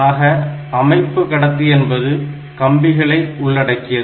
ஆக அமைப்பு கடத்தி என்பது கம்பிகளை உள்ளடக்கியது